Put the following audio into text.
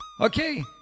Okay